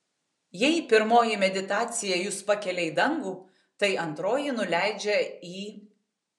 jei pirmoji meditacija jus pakelia į dangų tai antroji nuleidžia į